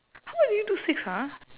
how did you do six ah